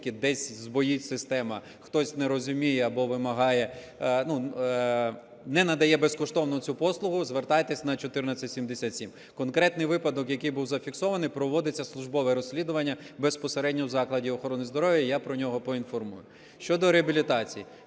ж таки збоїть система, хтось не розуміє або вимагає, ну, не надає безкоштовну цю послугу, звертайтесь на 1477. Конкретний випадок, який був зафіксований, проводиться службове розслідування безпосередньо в закладі охорони здоров'я. Я про нього поінформую. Щодо реабілітації.